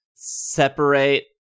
separate